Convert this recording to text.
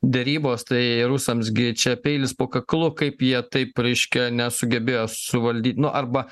derybos tai rusams gi čia peilis po kaklu kaip jie taip reiškia nesugebėjo suvaldyti nu arba